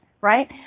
right